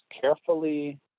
carefully